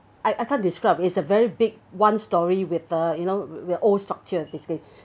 I I can't describe is a very big one storey with uh you know we're old structure basically